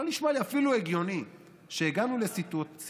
לא נשמע לי אפילו הגיוני שהגענו לסיטואציה,